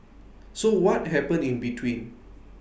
so what happened in between